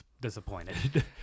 disappointed